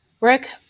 Rick